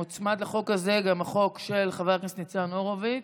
מוצמד לחוק הזה החוק של חבר הכנסת ניצן הורוביץ.